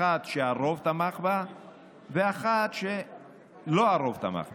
אחת שהרוב תמך בה ואחת שהרוב לא תמך בה.